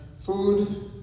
food